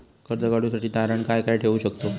कर्ज काढूसाठी तारण काय काय ठेवू शकतव?